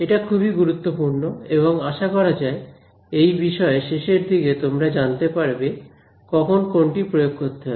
এটা খুবই গুরুত্বপূর্ণ এবং আশা করা যায় এই বিষয়ে শেষের দিকে তোমরা জানতে পারবে কখন কোনটি প্রয়োগ করতে হবে